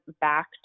back